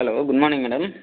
hello goodmorning madam